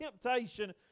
temptation